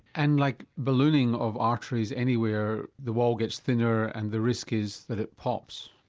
and like ballooning of arteries anywhere, the wall gets thinner and the risk is that it pops.